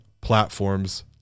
platforms